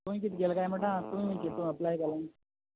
तुवें कितें केलां काय म्हणटा तुवें खुंयचें हेतू एपलाय केलां